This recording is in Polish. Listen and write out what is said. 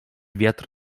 wiatr